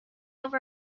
over